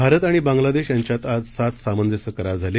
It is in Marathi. भारत आणि बांगलादेश यांच्यात आज सात सामंजस्य करार झाले